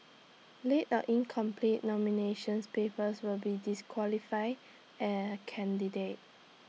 late or incomplete nominations papers will be disqualify A candidate